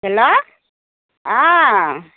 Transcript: hello অ